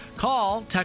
Call